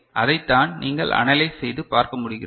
எனவே அதைத்தான் நீங்கள் அனலைஸ் செய்து பார்க்க முடிகிறது